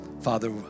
Father